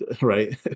Right